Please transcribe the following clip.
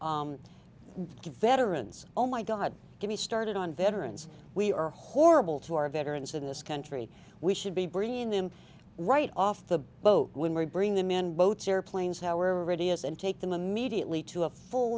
to veterans oh my god give me started on veterans we are horrible to our veterans in this country we should be bringing them right off the boat when we bring them in boats airplanes however it is and take them immediately to a full